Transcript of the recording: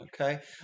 Okay